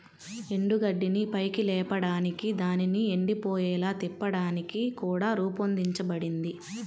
ఎండుగడ్డిని పైకి లేపడానికి దానిని ఎండిపోయేలా తిప్పడానికి కూడా రూపొందించబడింది